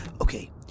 Okay